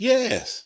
Yes